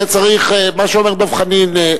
מה שאומר דב חנין,